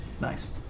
Nice